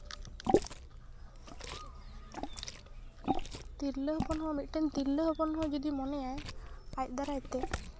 ᱛᱤᱨᱞᱟᱹ ᱦᱚᱯᱚᱱ ᱦᱚᱸ ᱢᱤᱫᱴᱟᱝ ᱛᱤᱨᱞᱟᱹ ᱦᱚᱯᱚᱱ ᱦᱚᱸ ᱡᱩᱫᱤᱭ ᱢᱚᱱᱮᱭᱟ ᱟᱡ ᱫᱟᱨᱟᱭᱛᱮ